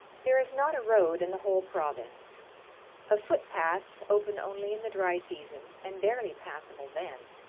there is not a road in the whole province a footpath, open only in the dry season, and barely passable then,